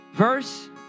Verse